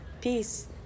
Peace